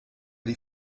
die